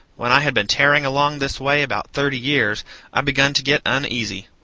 when i had been tearing along this way about thirty years i begun to get uneasy.